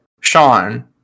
Sean